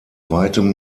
weitem